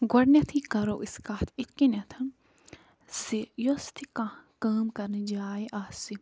گۄڈٕنٮ۪تھٕے کَرَو أسۍ کَتھ یِتھ کَنٮ۪تھ زِ یۄس تہِ کانٛہہ کٲم کَرنٕچ جاے آسہِ